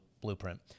blueprint